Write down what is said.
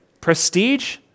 prestige